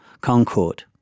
Concorde